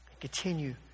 Continue